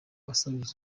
asabiriza